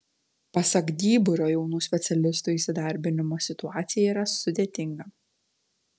pasak dyburio jaunų specialistų įsidarbinimo situacija yra sudėtinga